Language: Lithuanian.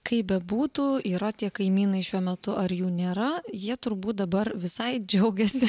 kaip bebūtų yra tie kaimynai šiuo metu ar jų nėra jie turbūt dabar visai džiaugiasi